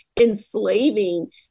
enslaving